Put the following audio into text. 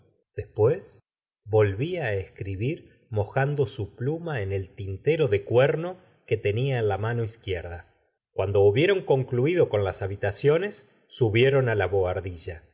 después volvía escribir mojando su pluma en el tintero de cuerno que tenía en la mano izquierda cuando hubieron concluido con las habitacione i i subieron á la bohardilla